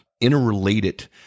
interrelated